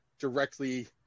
directly